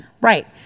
Right